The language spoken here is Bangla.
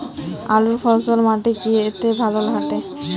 আলুর ফলন মাটি তে ভালো ঘটে?